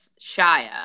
Shia